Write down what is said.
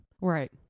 Right